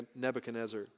Nebuchadnezzar